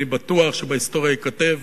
אני בטוח שבהיסטוריה ייכתב